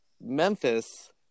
Memphis